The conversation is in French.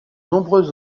nombreux